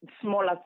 smaller